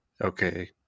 okay